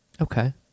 okay